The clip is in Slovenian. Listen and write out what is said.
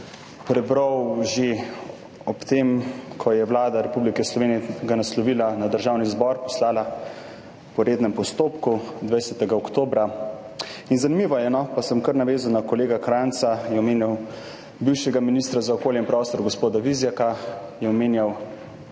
prebral že ob tem, ko ga je Vlada Republike Slovenije naslovila na Državni zbor, poslala po rednem postopku 20. oktobra. Zanimivo je, se bom kar navezal na kolega Krajnca, ki je omenjal bivšega ministra za okolje in prostor gospoda Vizjaka, omenjal